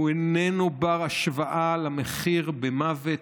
הוא איננו בר השוואה למחיר במוות,